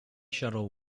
shuttle